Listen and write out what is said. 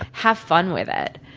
have fun with it.